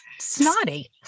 snotty